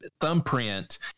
thumbprint